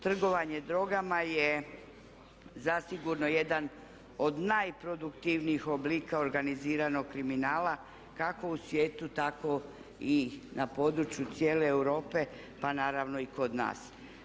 Trgovanje drogama je zasigurno jedan od najproduktivnijih oblika organiziranog kriminala kako u svijetu tako i na području cijele Europe pa naravno i kod nas.